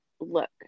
look